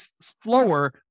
slower